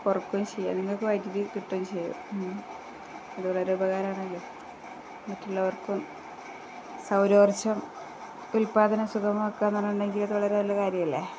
കുറയ്ക്കുകയും ചെയ്യാം നിങ്ങള്ക്കു വൈദ്യതി കിട്ടുകയും ചെയ്യും അതു വളരെ ഉപകാരമാണെങ്കില് മറ്റുള്ളവർക്കും സൗരോര്ജ ഉൽപാദനം സുഗമമാക്കാമെന്നു പറഞ്ഞിട്ടുണ്ടെങ്കില് അതു വളരെ നല്ല കാര്യമല്ലേ